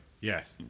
Yes